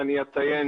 ראשית,